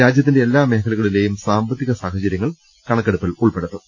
രാജ്യത്തിന്റെ എല്ലാ മേഖലകളിലെയും സാമ്പത്തിക സാഹചര്യങ്ങൾ കണ ക്കെടുപ്പിൽ ഉൾപ്പെടുത്തും